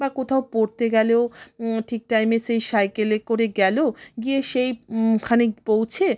বা কোথাও পড়তে গ্যালেও ঠিক টাইমে সেই সাইকেলে করে গেল গিয়ে সেই ওখানে পৌঁছে